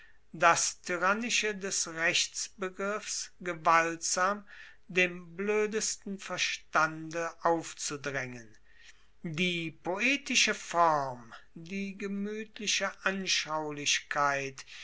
das tyrannische des rechtsbegriffs gewaltsam dem bloedesten verstande aufzudraengen die poetische form die gemuetliche anschaulichkeit